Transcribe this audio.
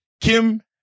Kim